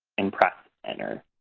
and press enter.